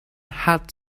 had